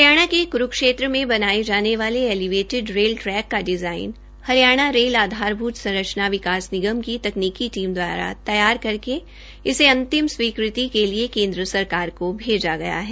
हरियाणा के कुरूक्षेत्र में बनाए जाने वाले ऐलिवेटिड रेल ट्रैक का डिजाइन हरियाणा रेल आधारभूत संरचना विकास निगम की तकनीकी टीम द्वारा तैयार करके इसे अंतिम स्वीकृति के लिए केन्द्र सरकार को भेजा गया है